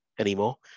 anymore